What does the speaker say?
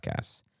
Podcasts